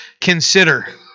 consider